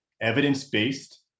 evidence-based